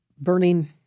burning